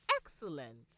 Excellent